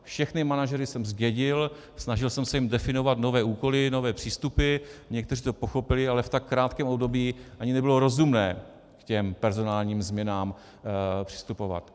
Všechny manažery jsem zdědil, snažil jsem se jim definovat nové úkoly, nové přístupy, někteří to pochopili, ale v tak krátkém období ani nebylo rozumné k těm personálním změnám přistupovat.